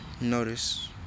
notice